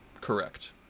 Correct